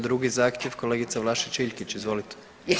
Drugi zahtjev kolegica Vlašić Iljkić, izvolite.